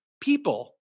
people